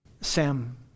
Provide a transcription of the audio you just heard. Sam